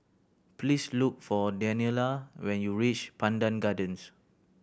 please look for Daniella when you reach Pandan Gardens